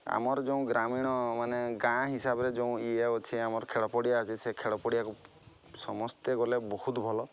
ଆମର ଯେଉଁ ଗ୍ରାମୀଣ ମାନେ ଗାଁ ହିସାବରେ ଯେଉଁ ଇଏ ଅଛି ଆମର ଖେଳପଡିଆ ଅଛି ସେ ଖେଳପଡ଼ିଆକୁ ସମସ୍ତେ ଗଲେ ବହୁତ ଭଲ